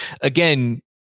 again